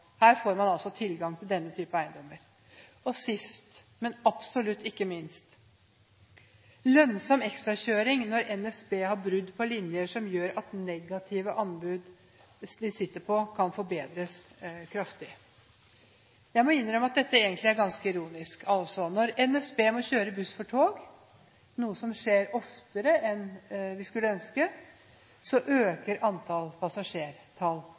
Her får man altså tilgang til denne typen eiendommer. Og sist, men absolutt ikke minst: Lønnsom ekstrakjøring når NSB har brudd på linjer som gjør at negative anbud de sitter på, kan forbedres kraftig. Jeg må innrømme at dette egentlig er ganske ironisk. Når NSB må kjøre buss for tog, noe som skjer oftere enn vi skulle ønske, øker